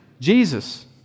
Jesus